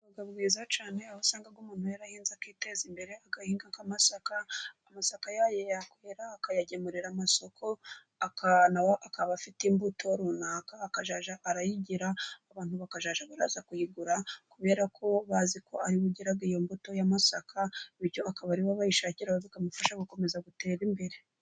Ubutaka buba bwiza cyane aho usanga umuntu yarahinze akiteza imbere ,agahinga nk'amasaka amasaka yakwera akayagemurira amasoko, akaba afite imbuto runaka ,akazajya arayigira, abantu bakazajya baraza kuyigura, kubera ko bazi ko ari we ugira iyo mbuto y'amasaka, bityo akaba aribo bayishakira bikamufasha gukomeza gutera imbere.